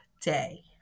day